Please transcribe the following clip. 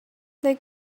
they